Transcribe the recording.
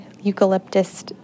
eucalyptus